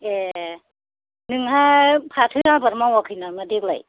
ए नोंहा फाथो आबाद मावयाखै नामा देग्लाय